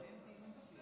אם אתה מנהל איתם שיח.